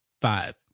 five